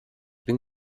bin